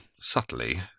subtly